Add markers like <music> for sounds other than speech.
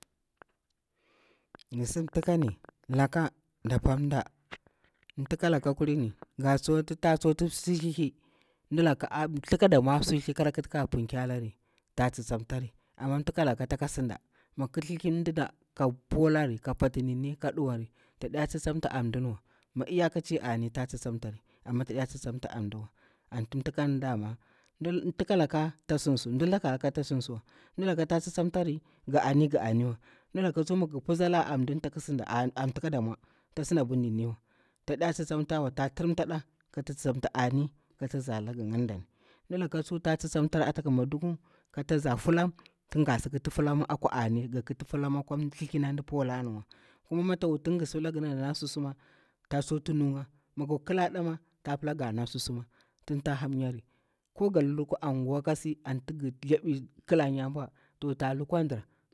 Ga sinda thakani laka da fa dapah ndah, thakala kurm ta tsukti tsi hihi dulaka thakala ɗanmwa kara kuta ka munke lari ta tsi- tsintari. Amah ntakalah taka sindi. magar kata chi- chi ka pulari, ka fatu nmi ka ɗuwari taɗa tsi- tsinata a ndan wa, ma lya kaci anitah tsi- tsin tar taha tsi- tsin ta aduwa anti ntakalah dama. ntakalah tasinsu ntakalaka tsin tsimta ani ga'a aniwa ntakalah maga pusalah audah tasinda a ntakah ɗa nmwa tasida abir niniwa tada tsimtawa tah tiramta da kata tsimta ani, ka zalagu ngandani. Ntakda tswa. ta tsimtari ata ƙuma dugu kata zali fulan tinga si ƙutu fulam akwa ani, ga ƙuti fulan akwa thlili akwa nati gu pulani wa. ƙuma mta wutunkha gu sithla gunana susum ta tsuktnu kha. magar ƙladawa tah pala gah na susuma. tin ta ha miyari ƙu gan lukwa angu kasi anti gu kalah nyanbwa to. <unintelligible>